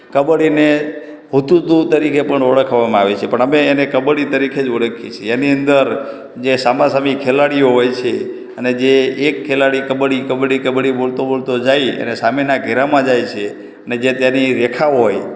કબડ્ડીને હુતુતુતુ તરીકે પણ ઓળખવામાં આવે છે પણ અમે એને કબડ્ડી તરીકે જ ઓળખીએ છીએ એની અંદર જે સામસામી ખેલાડીઓ હોય છે અને જે એક ખેલાડી કબડ્ડી કબડ્ડી કબડ્ડી બોલતો બોલતો જાય અને સામેના ઘેરામાં જાય છે અને જ્યાં તેની રેખા હોય